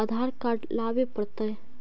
आधार card लाबे पड़तै?